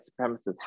supremacists